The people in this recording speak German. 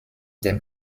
dem